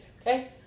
okay